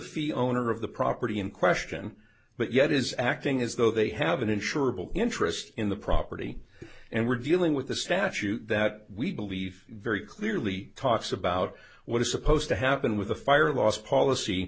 fee owner of the property in question but yet is acting as though they have been insurable interest in the property and we're dealing with the statute that we believe very clearly talks about what is supposed to happen with the fire loss policy